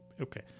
Okay